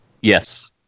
Yes